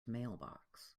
mailbox